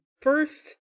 First